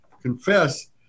confess